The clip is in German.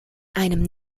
einem